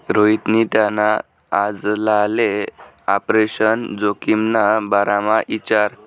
रोहितनी त्याना आजलाले आपरेशन जोखिमना बारामा इचारं